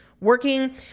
working